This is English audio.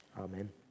amen